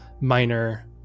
minor